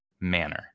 manner